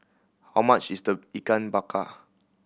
how much is the Ikan Bakar